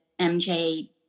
MJ